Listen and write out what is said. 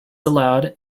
allowed